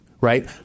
right